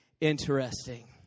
interesting